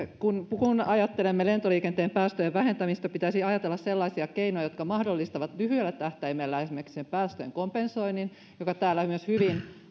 kun kun ajattelemme lentoliikenteen päästöjen vähentämistä pitäisi ajatella sellaisia keinoja jotka mahdollistavat lyhyellä tähtäimellä esimerkiksi päästöjen kompensoinnin joka täällä myös hyvin